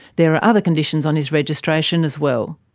there are other conditions on his registration as well.